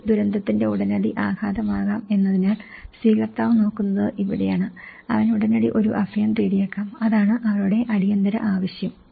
ഒരു ദുരന്തത്തിന്റെ ഉടനടി ആഘാതമാകാം എന്നതിനാൽ സ്വീകർത്താവ് നോക്കുന്നത് ഇവിടെയാണ് അവൻ ഉടനടി ഒരു അഭയം തേടിയേക്കാം അതാണ് അവരുടെ അടിയന്തിര ആവശ്യം